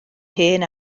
hen